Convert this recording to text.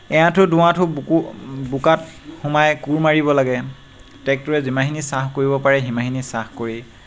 এআঁঠু দুআঁঠু বুকু বোকাত সোমাই কোৰ মাৰিব লাগে ট্ৰেক্টৰে যিমানখিনি চাহ কৰিব পাৰে সিমানখিনি চাহ কৰি